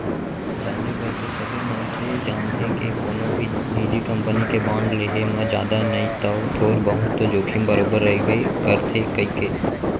जाने बर तो सबे मनसे जानथें के कोनो भी निजी कंपनी के बांड लेहे म जादा नई तौ थोर बहुत तो जोखिम बरोबर रइबे करथे कइके